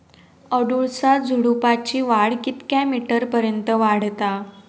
अडुळसा झुडूपाची वाढ कितक्या मीटर पर्यंत वाढता?